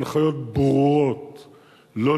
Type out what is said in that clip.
הסרט מציג בתחילתו התכנסות ומשחק של